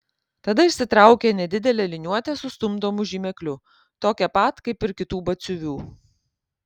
tada išsitraukė nedidelę liniuotę su stumdomu žymekliu tokią pat kaip ir kitų batsiuvių